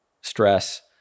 stress